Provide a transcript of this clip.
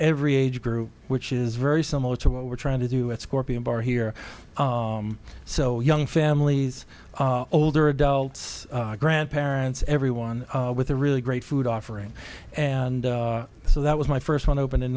every age group which is very similar to what we're trying to do at scorpion bar here so young families older adults grandparents everyone with a really great food offering and so that was my first one open in